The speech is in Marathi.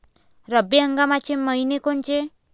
रब्बी हंगामाचे मइने कोनचे?